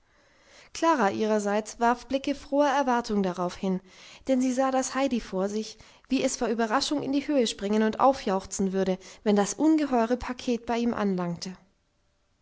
klara ihrerseits warf blicke froher erwartung darauf hin denn sie sah das heidi vor sich wie es vor überraschung in die höhe springen und aufjauchzen würde wenn das ungeheure paket bei ihm anlangte